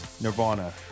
Nirvana